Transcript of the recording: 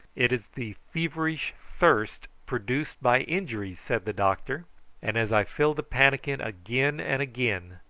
it is the feverish thirst produced by injuries, said the doctor and as i filled the pannikin again and again,